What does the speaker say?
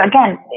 again